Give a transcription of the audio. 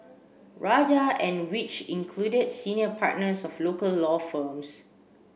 rajah and which included senior partners of local law firms